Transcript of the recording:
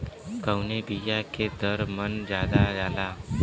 कवने बिया के दर मन ज्यादा जाला?